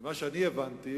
ממה שאני הבנתי,